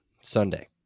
Sunday